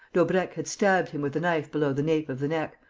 daubrecq had stabbed him with a knife below the nape of the neck,